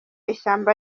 ishyamba